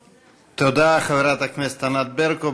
תודה, חברת הכנסת ענת ברקו.